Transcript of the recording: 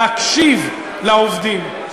להקשיב לעובדים.